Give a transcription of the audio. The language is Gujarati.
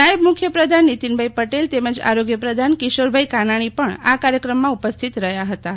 નાયબ મુખ્યપ્રધાન નિતીનભાઈ પટેલ તેમ જ આરોગ્યપ્રધાન કિશોરભાઈ કાનાણી પણ આ કાર્યક્રમમાં ઉપસ્થિત રહ્યાં હતાં